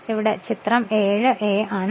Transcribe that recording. ഇത് ചിത്രം 7a ആണ്